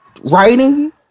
writing